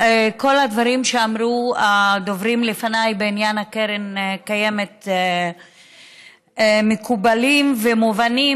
כל הדברים שאמרו הדוברים לפניי בעניין הקרן הקיימת הם מקובלים ומובנים,